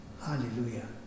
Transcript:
hallelujah